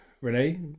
Renee